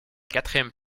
quatrième